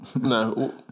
No